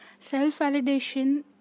Self-validation